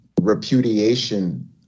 repudiation